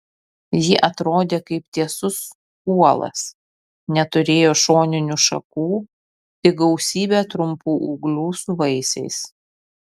ji atrodė kaip tiesus kuolas neturėjo šoninių šakų tik gausybę trumpų ūglių su vaisiais